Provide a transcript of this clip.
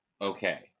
Okay